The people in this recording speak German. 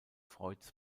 freuds